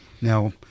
now